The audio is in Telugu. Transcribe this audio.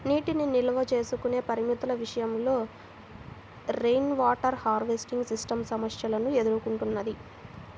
నీటిని నిల్వ చేసుకునే పరిమితుల విషయంలో రెయిన్వాటర్ హార్వెస్టింగ్ సిస్టమ్ సమస్యలను ఎదుర్కొంటున్నది